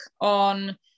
on